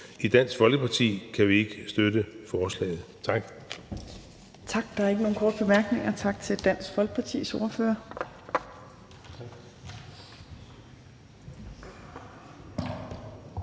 I Dansk Folkeparti kan vi ikke støtte forslaget. Tak.